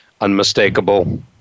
unmistakable